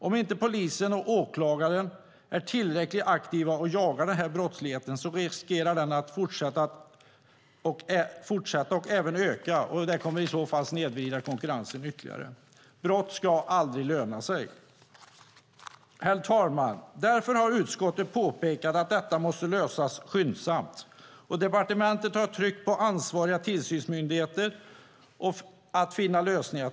Om inte polisen och åklagarna är tillräckligt aktiva och jagar den här brottsligheten riskerar den att fortsätta och även öka, och det kommer i så fall att snedvrida konkurrensen ytterligare. Brott ska aldrig löna sig. Herr talman! Därför har utskottet påpekat att detta måste lösas skyndsamt, och departementet har tryckt på ansvariga tillsynsmyndigheter för att finna lösningar.